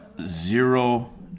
zero